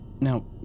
Now